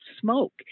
smoke